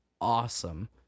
awesome